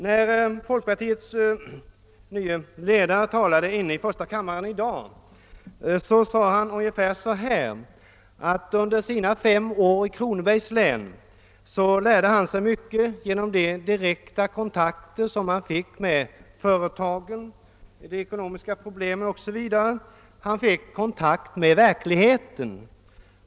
När folkpartiets nye ledare talade i första kammaren i dag sade han något om att han under sina fem år i Kronobergs län lärde sig mycket genom de direkta kontakter som han fick med företagen och företagarföreningen, de ekonomiska problemen o.s.v. Han fick kontakt med verkligheten.